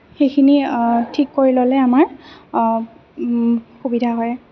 সেইখিনি ঠিক কৰি ল'লে আমাৰ সুবিধা হয়